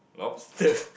lobster